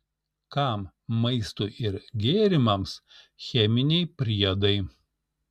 kam maistui ir gėrimams cheminiai priedai